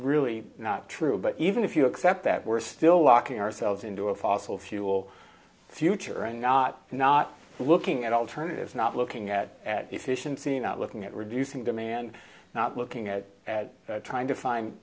really not true but even if you accept that we're still locking ourselves into a fossil fuel future and not not looking at alternatives not looking at at efficiency not looking at reducing demand not looking at at trying to find